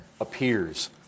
appears